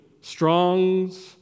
Strong's